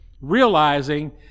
realizing